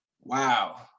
wow